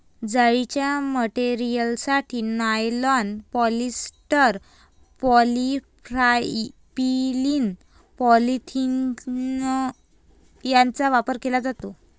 जाळीच्या मटेरियलसाठी nylon, polyester, polypropylene, polyethylene यांचा वापर केला जातो